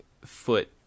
foot